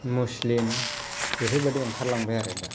मुस्लिम बेफोरबादिनो ओंखारलांबाय आरो दा